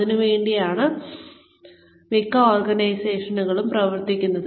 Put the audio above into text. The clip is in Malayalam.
അതിനുവേണ്ടിയാണ് മിക്ക ഓർഗനൈസഷൻസും പ്രവർത്തിക്കുന്നത്